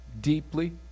deeply